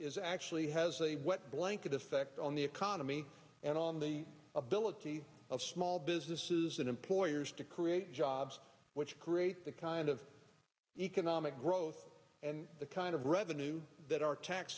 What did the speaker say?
is actually has a wet blanket effect on the economy and on the ability of small businesses and employers to create jobs which create the kind of economic growth and the kind of revenue that our tax